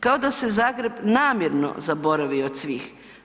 Kao da se Zagreb namjerno zaboravio od svih.